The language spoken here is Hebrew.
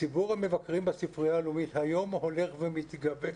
ציבור המבקרים בספרייה הלאומית היום הולך ומתגבר,